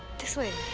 this way.